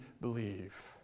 believe